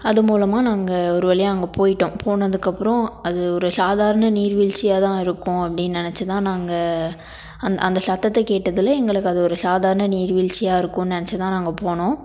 அதுமூலமாக நாங்கள் ஒரு வழியா அங்கே போய்விட்டோம் போனதுக்கப்புறம் அது ஒரு சாதாரண நீர்வீழ்ச்சியாதான் இருக்கும் அப்படின்னு நினச்சுதான் நாங்கள் அந்த சத்தத்தை கேட்டதில் எங்குளுக்கு அது ஒரு சாதாரண நீர்வீழ்ச்சியா இருக்குன்னு நினச்சிதான் நாங்கள் போனோம்